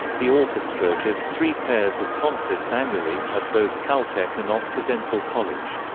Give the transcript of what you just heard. the orchestra gives three pairs of concerts annually, at both caltech and occidental college.